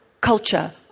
culture